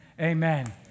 Amen